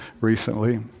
recently